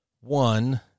one